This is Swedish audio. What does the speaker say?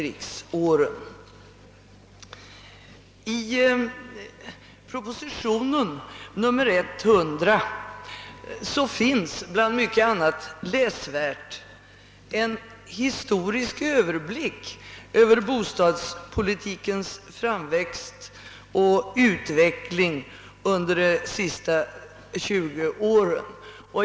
I proposition nr 100 finns bland mycket annat läsvärt en historisk översikt över bostadspolitikens framväxt och utveckling under de senaste 20 åren.